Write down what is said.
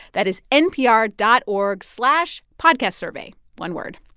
that is npr dot org slash podcastsurvey one word.